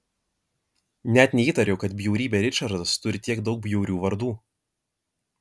net neįtariau kad bjaurybė ričardas turi tiek daug bjaurių vardų